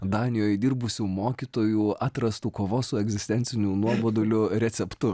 danijoj dirbusių mokytojų atrastų kovos su egzistenciniu nuoboduliu receptu